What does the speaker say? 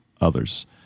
others